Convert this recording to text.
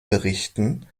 berichten